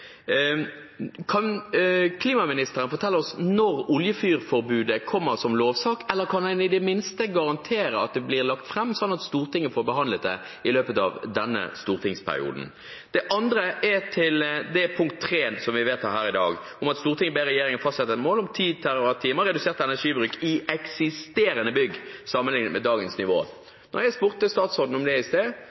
Kan klimaministeren fortelle oss når oljefyrforbudet kommer som lovsak, eller kan han i det minste garantere at det blir lagt fram, slik at Stortinget får behandlet det i løpet av denne stortingsperioden? Det andre er til forslag til vedtak III, som vi vedtar her i dag, om at Stortinget ber «regjeringen fastsette et mål om 10 TWh redusert energibruk i eksisterende bygg sammenliknet med dagens nivå». Da jeg spurte statsråden om det i